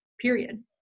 period